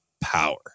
power